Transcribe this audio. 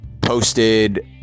posted